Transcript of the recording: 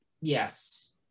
Yes